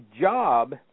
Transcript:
job